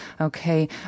Okay